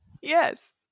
Yes